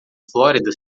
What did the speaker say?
flórida